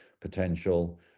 potential